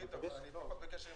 יש התעקשות של משרד